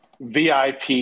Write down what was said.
vip